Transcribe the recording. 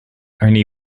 only